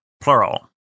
plural